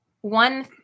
one